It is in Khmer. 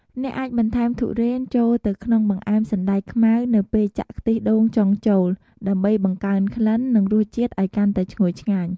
អ្នកអាចបន្ថែម ធុរេន ចូលទៅក្នុងបង្អែមសណ្ដែកខ្មៅនៅពេលចាក់ខ្ទិះដូងចុងចូល ដើម្បីបង្កើនក្លិន និងរសជាតិឱ្យកាន់តែឈ្ងុយឆ្ងាញ់។